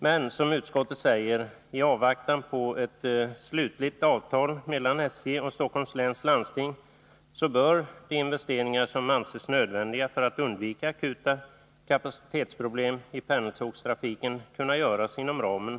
Men, som utskottet säger, i avvaktan på ett slutligt avtal mellan SJ och Stockholms läns landsting bör de investeringar som man anser nödvändiga för att undvika akuta kapacitetproblem i pendeltågstrafiken kunna göras inom anslagsramen.